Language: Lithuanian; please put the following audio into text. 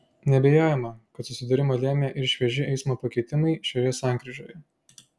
neabejojama kad susidūrimą lėmė ir švieži eismo pakeitimai šioje sankryžoje